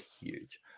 huge